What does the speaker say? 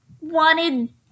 wanted